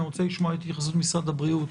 רוצה לשמוע את התייחסות משרד הבריאות.